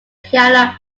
piano